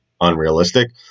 unrealistic